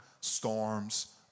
storms